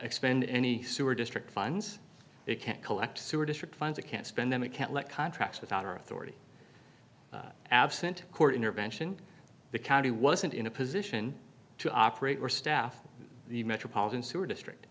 expend any sewer district funds they can't collect sewer district funds it can't spend them it can't let contracts without our authority absent court intervention the county wasn't in a position to operate or staff the metropolitan sewer district